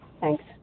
Thanks